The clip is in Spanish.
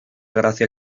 gracia